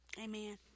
amen